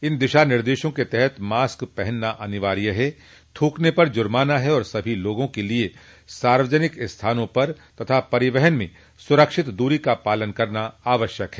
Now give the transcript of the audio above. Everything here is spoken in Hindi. इन दिशा निर्देशों के तहत मास्क पहनना अनिवार्य है थूकने पर जुर्माना है और सभी लोगों के लिये सार्वजनिक स्थानों पर तथा परिवहन में सुरक्षित दूरी का पालन करना आवश्यक है